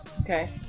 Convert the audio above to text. Okay